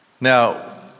Now